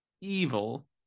evil